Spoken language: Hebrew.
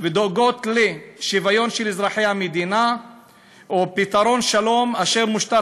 ודואגות לשוויון של אזרחי המדינה או לפתרון שלום אשר מושתת